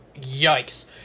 yikes